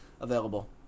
available